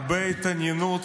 הרבה התעניינות